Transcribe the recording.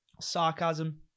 sarcasm